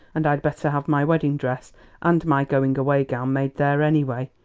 and i'd better have my wedding dress and my going-away gown made there, anyway.